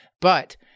but-